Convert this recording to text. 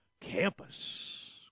Campus